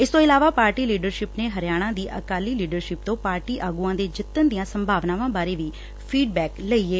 ਇਸ ਤੋਂ ਇਲਾਵਾ ਪਾਰਟੀ ਲੀਡਰਸ਼ਿਪ ਨੇ ਹਰਿਆਣਾ ਦੀ ਅਕਾਲੀ ਲੀਡਰਸ਼ਿਪ ਤੋਂ ਪਾਰਟੀ ਆਗੁਆਂ ਦੇ ਜਿੱਤਣ ਦੀਆਂ ਸੰਭਾਵਨਾਵਾਂ ਬਾਰੇ ਵੀ ਫੀਡਬੈਕ ਲਈ ਏ